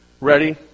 Ready